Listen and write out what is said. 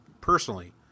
personally